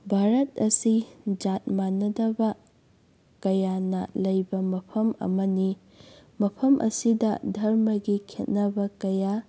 ꯚꯥꯔꯠ ꯑꯁꯤ ꯖꯥꯠ ꯃꯥꯟꯅꯗꯕ ꯀꯌꯥꯅ ꯂꯩꯕ ꯃꯐꯝ ꯑꯃꯅꯤ ꯃꯐꯝ ꯑꯁꯤꯗ ꯙꯔꯃꯒꯤ ꯈꯦꯠꯅꯕ ꯀꯌꯥ